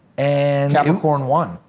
and capricorn one.